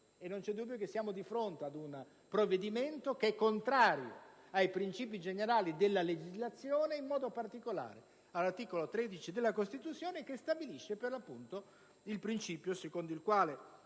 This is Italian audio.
funzioni di questo genere, siamo di fronte ad un provvedimento contrario ai principi generali dell'ordinamento e, in modo particolare, all'articolo 13 della Costituzione, che stabilisce per l'appunto il principio secondo il quale